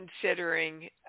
considering